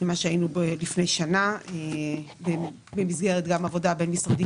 מה שהיינו לפני שנה במסגרת גם עבודה בין-משרדית